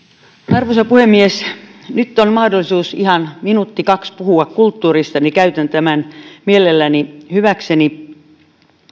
arvoisa puhemies nyt kun on mahdollisuus ihan minuutti kaksi puhua kulttuurista niin käytän tämän mielelläni hyväkseni